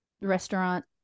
restaurant